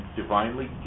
divinely